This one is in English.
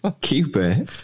Cuba